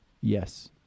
Yes